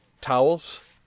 towels